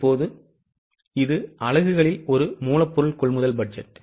இப்போது இது அலகுகளில் ஒரு மூலப்பொருள் கொள்முதல் பட்ஜெட்